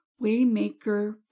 Waymaker